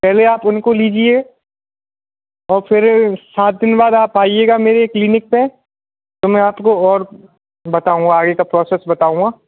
पहले आप उनको लीजिए और फिर सात दिन बाद आप आइएगा मेरे क्लीनिक पर तो मैं आपको और बताऊँगा आगे का प्रोसेस बताऊँगा